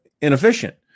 inefficient